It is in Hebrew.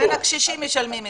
אז הקשישים משלמים את זה.